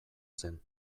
zen